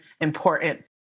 important